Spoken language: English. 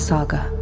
Saga